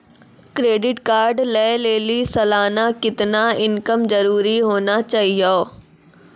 Credit card लय लेली सालाना कितना इनकम जरूरी होना चहियों?